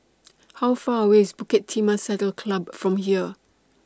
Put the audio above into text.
How Far away IS Bukit Timah Saddle Club from here